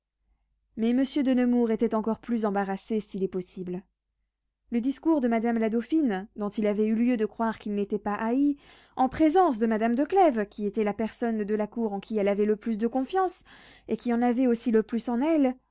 mais monsieur de nemours était encore plus embarrassé s'il est possible le discours de madame la dauphine dont il avait eu lieu de croire qu'il n'était pas haï en présence de madame de clèves qui était la personne de la cour en qui elle avait le plus de confiance et qui en avait aussi le plus en elle